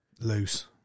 Loose